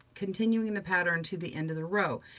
continuing the pattern to the end of the row.